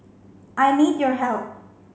I need your help